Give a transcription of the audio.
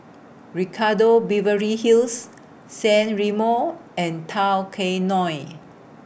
Ricardo Beverly Hills San Remo and Tao Kae Noi